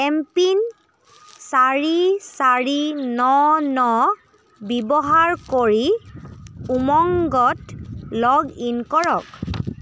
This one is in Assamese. এমপিন চাৰি চাৰি ন ন ব্যৱহাৰ কৰি উমংগত লগ ইন কৰক